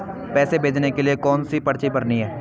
पैसे भेजने के लिए कौनसी पर्ची भरनी है?